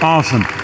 Awesome